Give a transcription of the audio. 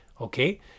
okay